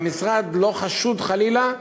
והמשרד לא חשוד חלילה,